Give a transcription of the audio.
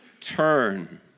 Turn